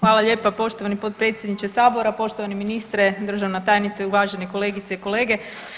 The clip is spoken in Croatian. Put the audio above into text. Hvala lijepa poštovani potpredsjedniče Sabora, poštovani ministre, državna tajnice, uvaženi kolegice i kolege.